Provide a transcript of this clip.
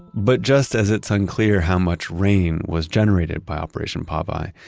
but just as it's unclear how much rain was generated by operation popeye,